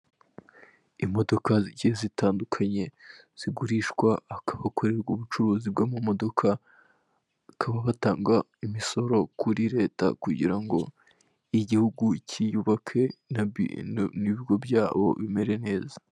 Imodoka zigiye zitandukanye zigurishwa, akaba akorerwa ubucuruzi bw'amamodoka, bakaba batanga imisoro kuri Leta kugira ngo igihugu cyiyubake, n'ibigo byabo bimere neza.